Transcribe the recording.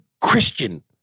Christian